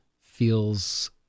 feels